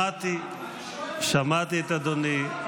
שמעתי את אדוני.